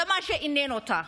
זה מה שעניין אותה.